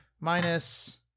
minus